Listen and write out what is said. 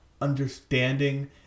understanding